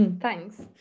Thanks